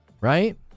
Right